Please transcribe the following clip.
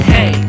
Hey